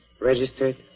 Registered